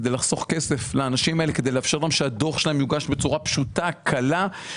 כדי לחסוך כסף לאנשים ולאפשר להם להגיש את הדו"ח בצורה פשוטה וקלה.